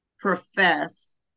profess